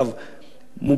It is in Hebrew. מוגזם ביותר.